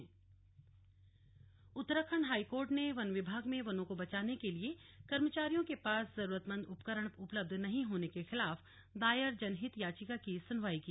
slug वन विभाग उपकरण हाईकोर्ट उत्तराखंड हाई कोर्ट ने वन विभाग में वनों को बचाने के लिए कर्मचारियों के पास जरूरतमन्द उपकरण उपलब्ध नहीं होने के खिलाफ दायर जनहित याचिका की सुनवाई की